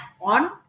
on